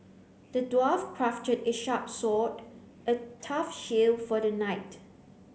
the dwarf crafted a sharp sword a tough shield for the knight